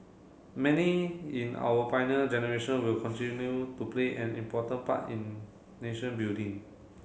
many in our Pioneer Generation will continue to play an important part in nation building